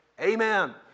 Amen